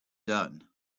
done